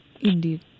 Indeed